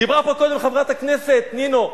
דיברה פה קודם חברת הכנסת נינו,